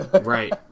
Right